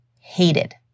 hated